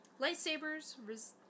lightsabers